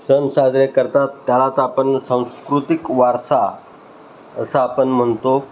सण साजरे करतात त्यालाच आपण सांस्कृतिक वारसा असा आपण म्हणतो